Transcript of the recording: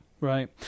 right